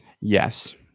Yes